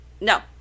No